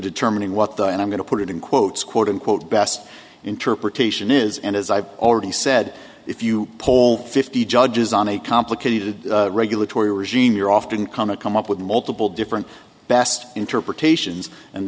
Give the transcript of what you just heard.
determining what the and i'm going to put it in quotes quote unquote best interpretation is and as i've already said if you poll fifty judges on a complicated regulatory regime you're often come to come up with multiple different best interpretations and